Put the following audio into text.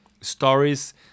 stories